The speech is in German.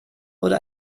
oder